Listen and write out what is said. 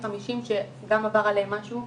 50 שגם עבר עליהם משהו,